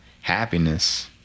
happiness